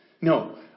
No